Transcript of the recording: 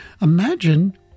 Imagine